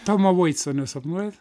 tomo vaico nesapnuojat